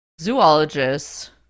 Zoologists